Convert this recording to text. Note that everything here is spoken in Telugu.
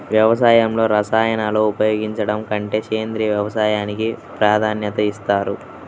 వ్యవసాయంలో రసాయనాలను ఉపయోగించడం కంటే సేంద్రియ వ్యవసాయానికి ప్రాధాన్యత ఇస్తారు